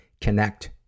connect